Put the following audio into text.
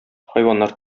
хайваннар